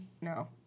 no